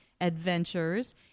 adventures